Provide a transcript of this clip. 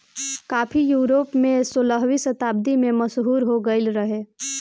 काफी यूरोप में सोलहवीं शताब्दी में मशहूर हो गईल रहे